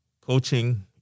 coaching